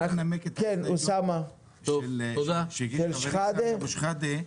אני יכול לנמק את ההסתייגות שהגיש חבר הכנסת אבו שחאדה?